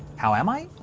how am i?